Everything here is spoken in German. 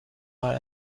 mal